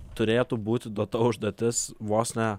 turėtų būti duota užduotis vos ne